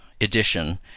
edition